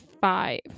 five